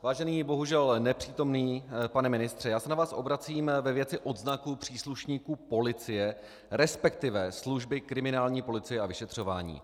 Vážený, bohužel nepřítomný pane ministře, já se na vás obracím ve věci odznaků příslušníků policie, respektive služby kriminální policie a vyšetřování.